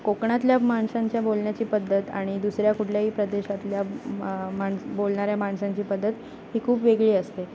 कोकणातल्या माणसांच्या बोलण्याची पद्धत आणि दुसऱ्या कुठल्याही प्रदेशातल्या मा माणूस बोलणाऱ्या माणसांची पद्धत ही खूप वेगळी असते